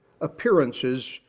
appearances